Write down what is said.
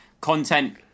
content